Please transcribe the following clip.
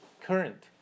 current